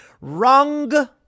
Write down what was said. Wrong